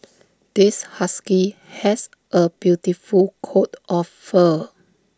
this husky has A beautiful coat of fur